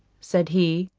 said he,